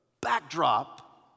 backdrop